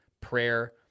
prayer